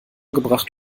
gebracht